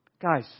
Guys